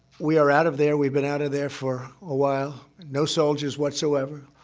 we are out of there. we've been out of there for a while. no soldiers whatsoever.